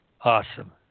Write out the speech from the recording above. awesome